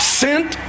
sent